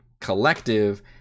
collective